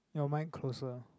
no mine closer